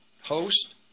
host